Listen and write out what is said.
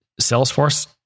Salesforce